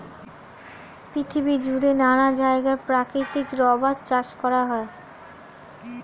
পৃথিবী জুড়ে নানা জায়গায় প্রাকৃতিক রাবার চাষ করা হয়